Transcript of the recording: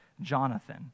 Jonathan